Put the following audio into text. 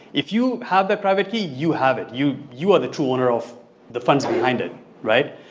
if you have the private key, you have it, you you are the true owner of the funds behind it right?